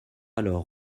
alors